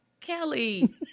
Kelly